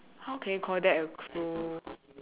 how can you call that a clue